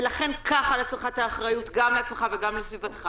ולכן קח על עצמך את האחריות וגם על סביבתך,